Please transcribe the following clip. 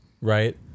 Right